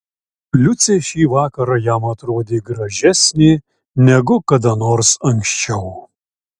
liucė šį vakarą jam atrodė gražesnė negu kada nors anksčiau